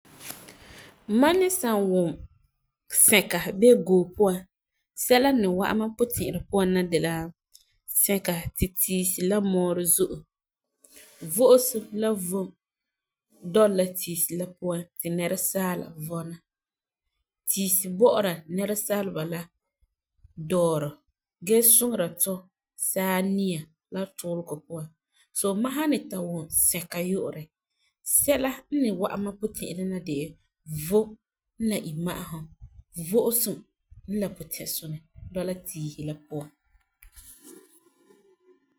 Mam ni san wum sɛka bee goo puan, sɛla n ni wa'am n puti'irɛ puan na de la, sɛka ti tiisi la muurɔ zo'e, vo'osum la vom doli la tiisi la puan ti nɛresaala vɔna, tiisi bɔ'ɔra nɛresaala la dɔɔrɔ gee suŋera tu saania la tuulegɔ puan. So mam san ni ta wum sɛka yu'urɛ, sɛka n ni wa'am mam puti'irɛ na de vom la imma'asum, vo'osum la putisunɛ dɔla tiisi la puan.